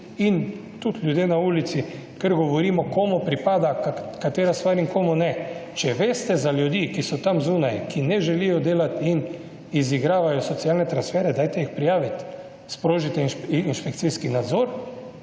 in tudi ljudje na ulici kar govorimo, komu pripada katera stvar in komu ne. Če veste za ljudi, ki so tam zunaj, ki ne želijo delati in izigravajo socialne transfere, dajte jih prijaviti, sprožite inšpekcijski nadzor.